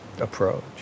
approach